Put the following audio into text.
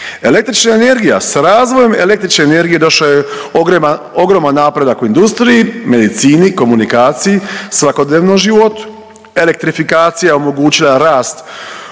Električna energija s razvojem električne energije došao je ogroman napredak u industriji, medicini, komunikaciji, svakodnevnom životu. Elektrifikacija omogućila je rast